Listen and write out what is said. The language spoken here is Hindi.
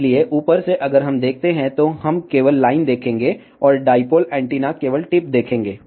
इसलिए ऊपर से अगर हम देखते हैं तो हम केवल लाइन देखेंगे और डाईपोल एंटीना केवल टिप देखेंगे